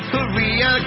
Korea